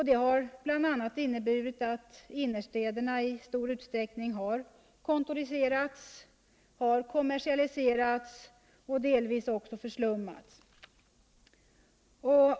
Det har bl.a. inneburit att innerstäderna i stor utsträckning har kontoriserats, kKommersialiserats och delvis förslummats.